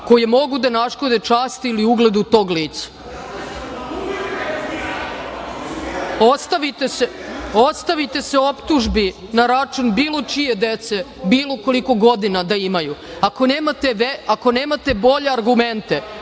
koje mogu da naškode časti ili ugledu tog lica. Ostavite se optužbi na račun bilo čije dece, bilo koliko godina da imaju. Ako nemate bolje argumente,